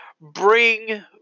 bring